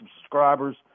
subscribers